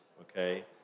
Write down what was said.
okay